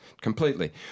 completely